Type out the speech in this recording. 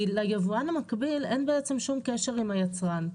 ליבואן המקביל אין בעצם שום קשר עם היצרן.